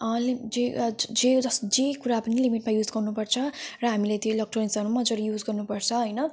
अलिक जे जे जस् जे कुरा पनि लिमिटमा युज गर्नुपर्छ र हामीले त्यो इलेक्ट्रोनिक्स मजाले युज गर्नुपर्छ हैन